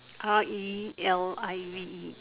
R E L I V E